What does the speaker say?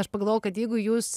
aš pagalvojau kad jeigu jūs